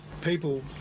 people